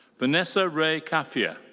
vanessa rae kafieh. ah